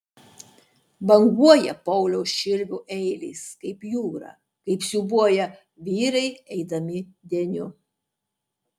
banguoja pauliaus širvio eilės kaip jūra kaip siūbuoja vyrai eidami deniu